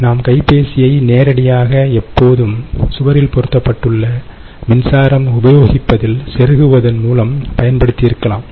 நாம் கைப்பேசியை நேரடியாக எப்போதும் சுவரில் பொருத்தப்பட்டுள்ள மின்சாரம் உபயோகிப்பதில் செருகுவதன் மூலம் பயன்படுத்தியிருக்கலாம்